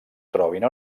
trobin